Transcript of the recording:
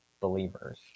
believers